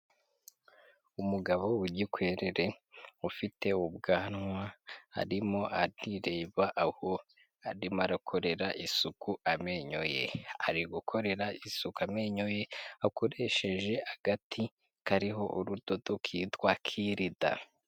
Umugabo w'igikwerere ufite ubwanwa arimo arireba aho arimo akorera isuku amenyo ye. Ari gukorera isuku amenyo ye akoresheje agati kariho urudodo kitwa kirida.